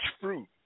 fruit